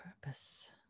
purpose